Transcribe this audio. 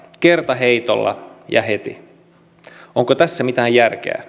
kertaheitolla ja heti onko tässä mitään järkeä